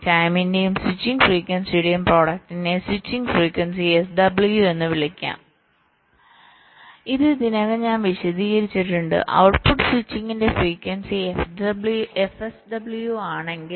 ടൈമിന്റെയും switching ഫ്രിക്വൻസിയുടെയും പ്രൊഡക്ടിനെ switching frequency SW എന്ന് വിളിക്കാം ഇത് ഇതിനകം ഞാൻ വിശദീകരിച്ചിട്ടുണ്ട് ഔട്ട്പുട്ട് സ്വിച്ചിംഗിന്റെ ഫ്രിക്വൻസി fSW ആണെങ്കിൽ